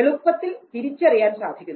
എളുപ്പത്തിൽ തിരിച്ചറിയാൻ സാധിക്കുന്നു